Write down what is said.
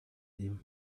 him